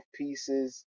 pieces